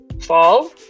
fall